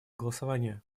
голосования